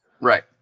Right